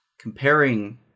comparing